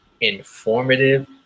informative